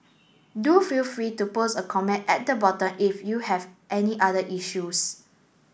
do feel free to post a comment at the bottom if you have any other issues